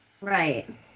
Right